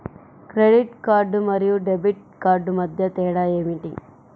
Credit card మరియు debit card మధ్య తేడా ఏమిటి?